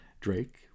Drake